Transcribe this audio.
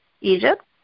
Egypt